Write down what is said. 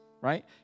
right